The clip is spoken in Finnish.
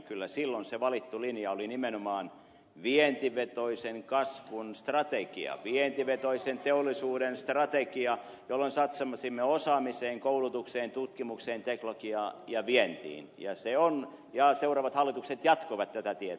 kyllä silloin se valittu linja oli nimenomaan vientivetoisen kasvun strategia vientivetoisen teollisuuden strategia jolloin satsasimme osaamiseen koulutukseen tutkimukseen teknologiaan ja vientiin ja seuraavat hallitukset jatkoivat tätä tietä